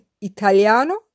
Italiano